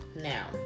Now